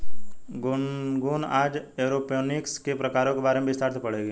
गुनगुन आज एरोपोनिक्स के प्रकारों के बारे में विस्तार से पढ़ेगी